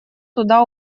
туда